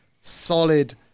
solid